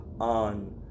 on